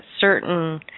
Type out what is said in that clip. certain